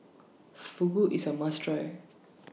Fugu IS A must Try